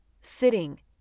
sitting